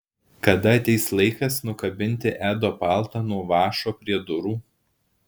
kada ateis laikas nukabinti edo paltą nuo vąšo prie durų